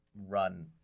run